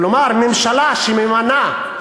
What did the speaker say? כלומר ממשלה שממנה את